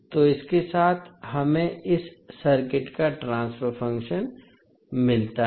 तो इसके साथ हमें इस सर्किट का ट्रांसफर फ़ंक्शन मिलता है